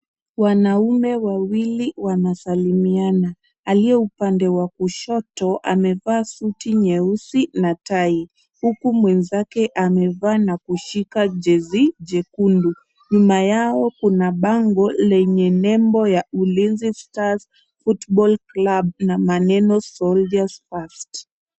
Wanaume wawili wanasalimiana, aliye upande wa kushoto amevaa suti nyeusi na tai, huku mwenzake amevaa na kushika jezi jekundu. Nyuma yao kuna bango lenye nembo ya Ulinzi Stars footbal club na maneno soldiers first.